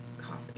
coffee